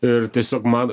ir tiesiog man